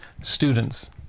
Students